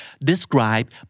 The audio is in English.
Describe